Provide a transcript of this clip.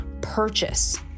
purchase